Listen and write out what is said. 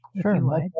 Sure